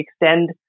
extend